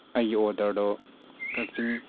ꯑꯩꯒꯤ ꯑꯣꯔꯗꯔꯗꯣ ꯀꯛꯆꯤꯡ